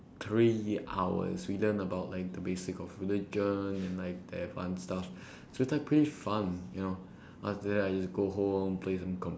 three hours we learn about like the basic of religion and like the advanced stuff so it's pretty fun ya after that I just go home play some comp~